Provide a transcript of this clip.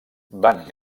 van